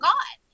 God